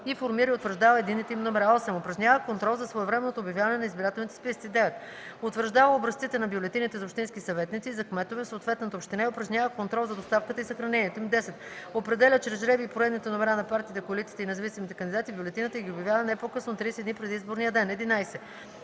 и формира и утвърждава единните им номера; 8. упражнява контрол за своевременното обявяване на избирателните списъци; 9. утвърждава образците на бюлетините за общински съветници и за кметове в съответната община и упражнява контрол за доставката и съхранението им; 10. определя чрез жребий поредните номера на партиите, коалициите и независимите кандидати в бюлетината и ги обявява не по-късно от 31 дни преди изборния ден; 11.